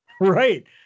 Right